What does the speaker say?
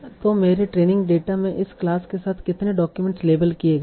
तो मेरे training data में इस क्लास के साथ कितने डॉक्यूमेंट लेबल किए गए हैं